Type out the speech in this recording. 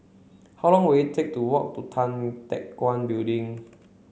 how long will it take to walk to Tan Teck Guan Building